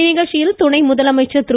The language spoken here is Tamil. இந்நிகழ்ச்சியில் துணை முதலமைச்சர் திரு